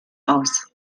aus